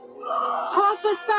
Prophesy